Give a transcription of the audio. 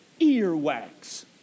earwax